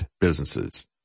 Businesses